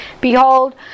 Behold